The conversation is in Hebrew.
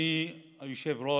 אדוני היושב-ראש,